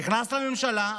נכנס לממשלה.